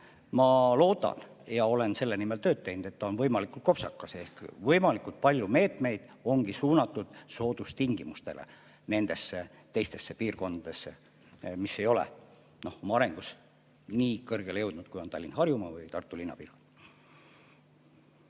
Ma loodan ja olen selle nimel tööd teinud, et see on võimalikult kopsakas ehk võimalikult palju meetmeid ongi suunatud soodustingimustena nendesse teistesse piirkondadesse, mis ei ole oma arengus nii kõrgele jõudnud, kui on Tallinn, Harjumaa ja Tartu linn.